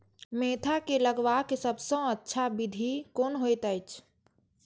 Mentha के लगवाक सबसँ अच्छा विधि कोन होयत अछि?